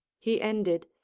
he ended,